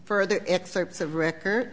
further excerpts of record